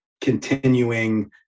continuing